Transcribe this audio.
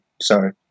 sorry